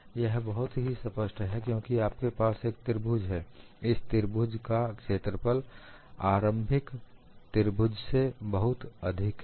यह बहुत ही स्पष्ट है क्योंकि आपके पास एक त्रिभुज है इस त्रिभुज का क्षेत्रफल प्रारंभिक त्रिभुज से बहुत अधिक है